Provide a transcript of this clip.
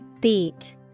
Beat